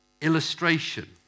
illustration